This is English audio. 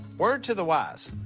word to the wise.